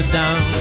down